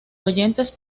oyentes